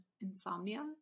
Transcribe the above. insomnia